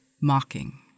mocking